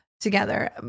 together